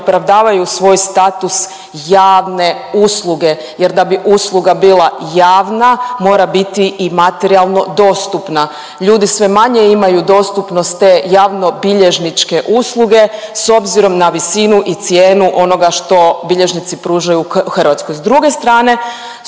opravdavaju svoj status javne usluge jer da bi usluga bila javna mora biti i materijalno dostupna, ljudi sve manje imaju dostupnost te javnobilježničke usluge s obzirom na visinu i cijenu onoga što bilježnici pružaju u Hrvatskoj. S druge strane